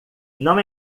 não